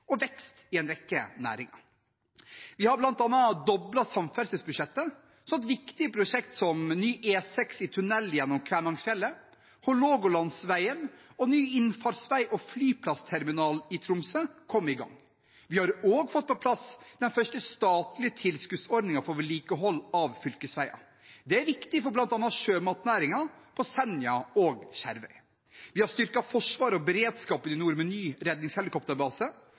og vekst i en rekke næringer. Vi har bl.a. doblet samferdselsbudsjettet, sånn at viktige prosjekter som ny E6 i tunell gjennom Kvænangsfjellet, Hålogalandsvegen og ny innfartsvei og flyplassterminal i Tromsø kom i gang. Vi har også fått på plass den første statlige tilskuddsordningen for vedlikehold av fylkesveier. Det er viktig for bl.a. sjømatnæringen på Senja og Skjervøy. Vi har styrket forsvaret og beredskapen i nord med ny